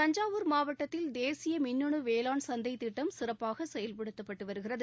தஞ்சாவூர் மாவட்டத்தில் தேசிய மின்னணு வேளாண் சந்தை திட்டம் சிறப்பாக செயல்படுத்தப்பட்டு வருகிறது